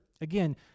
again